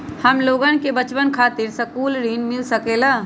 हमलोगन के बचवन खातीर सकलू ऋण मिल सकेला?